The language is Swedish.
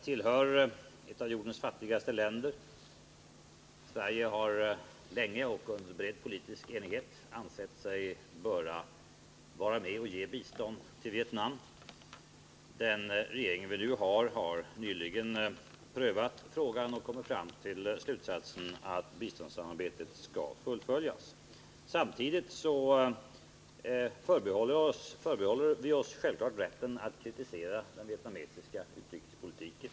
Vietnam är ett av jordens fattigaste länder, och Sverige har länge och under bred politisk enighet ansett sig böra vara med och ge bistånd till Vietnam. Den nuvarande regeringen har nyligen prövat frågan och kommit fram till slutsatsen att biståndssamarbetet skall fullföljas. Samtidigt förbehåller vi oss självfallet rätten att kritisera den vietnamesiska utrikespolitiken.